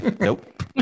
Nope